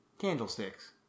Candlesticks